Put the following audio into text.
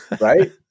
right